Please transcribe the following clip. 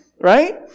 right